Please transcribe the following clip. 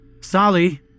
Sally